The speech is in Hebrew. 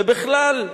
ובכלל,